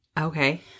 Okay